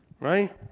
right